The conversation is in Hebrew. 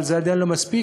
אבל זה עדיין לא מספיק.